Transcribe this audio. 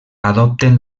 adopten